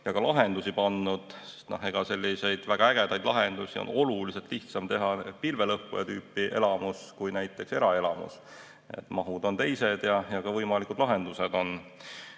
ja ka lahendusi pakkunud. Väga ägedaid lahendusi on oluliselt lihtsam teha pilvelõhkuja tüüpi elamus kui näiteks eramus. Mahud on teised ja ka võimalikud lahendused on